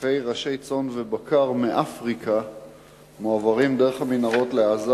אלפי ראשי צאן ובקר מאפריקה מועברים דרך המנהרות לעזה